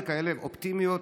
כאלה אופטימיות,